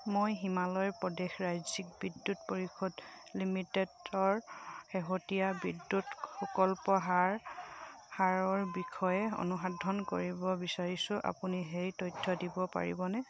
মই হিমাচল প্ৰদেশ ৰাজ্যিক বিদ্যুৎ পৰিষদ লিমিটেডৰ শেহতীয়া বিদ্যুৎ শুল্কৰ হাৰ হাৰৰ বিষয়ে অনুসন্ধান কৰিব বিচাৰিৰোঁ আপুনি সেই তথ্য দিব পাৰিবনে